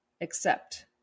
accept